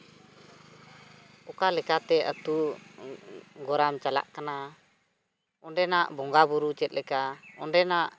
ᱚᱠᱟᱞᱮᱠᱟ ᱛᱮ ᱟᱹᱛᱩ ᱜᱚᱨᱟᱢ ᱪᱟᱞᱟᱜ ᱠᱟᱱᱟ ᱚᱸᱰᱮᱱᱟᱜ ᱵᱚᱸᱜᱟ ᱵᱩᱨᱩ ᱪᱮᱫᱞᱮᱠᱟ ᱚᱸᱰᱮᱱᱟᱜ